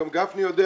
גם גפני יודע.